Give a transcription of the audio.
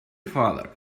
father